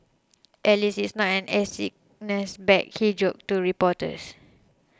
at least it's not an air sickness bag he joked to reporters